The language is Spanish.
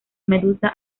medusa